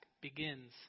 begins